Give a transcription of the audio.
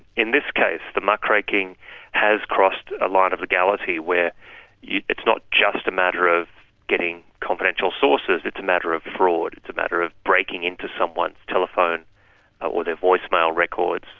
in this case, the muck-raking has crossed a line of legality where it's not just a matter of getting confidential sources, it's a matter of fraud, it's a matter of breaking into someone's telephone or their voicemail records,